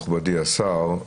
מכובדי השר,